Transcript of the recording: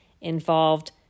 involved